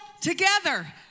together